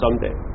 someday